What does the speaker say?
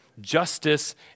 Justice